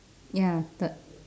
ya third